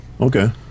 Okay